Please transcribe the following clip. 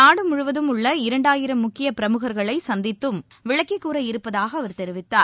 நாடு முழுவதும் உள்ள இரண்டாயிரம் முக்கிய பிரமுகர்களை சந்தித்தும் விளக்கிக் கூற இருப்பதாக அவர் தெரிவித்தார்